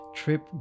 trip